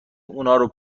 اونارو